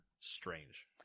strange